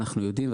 אנחנו יודעים,